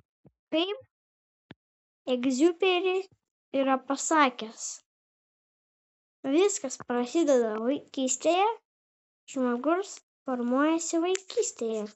kaip egziuperi yra pasakęs viskas prasideda vaikystėje žmogus formuojasi vaikystėje